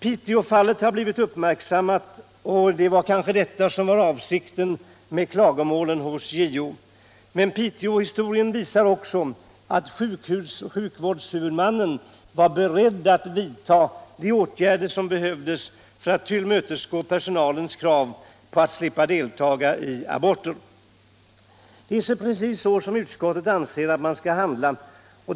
Piteåfallet har blivit uppmärksammat, och det var kanske detta som var avsikten med klagomålen hos JO. Men Piteåhistorien visar också att sjukvårdshuvudmannen var beredd att vidta de åtgärder som behövdes för att tillmötesgå personalens krav på att slippa deltaga i aborter. Det är precis så som utskottet anser att man skall handla.